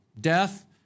death